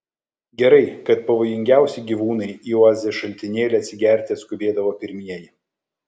gerai kad pavojingiausi gyvūnai į oazės šaltinėlį atsigerti atskubėdavo pirmieji